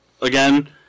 again